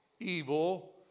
evil